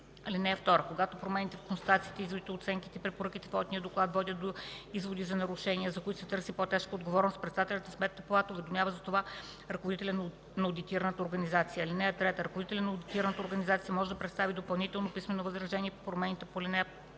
в него. (2) Когато промените в констатациите, изводите, оценките и препоръките в одитния доклад водят до изводи за нарушения, за които се търси по-тежка отговорност, председателят на Сметната палата уведомява за това ръководителя на одитираната организация. (3) Ръководителят на одитираната организация може да представи допълнително писмено възражение по промените по ал.